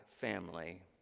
family